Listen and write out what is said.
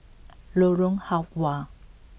Lorong Halwa